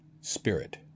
spirit